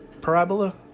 Parabola